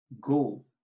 go